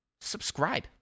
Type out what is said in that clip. subscribe